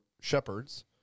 shepherds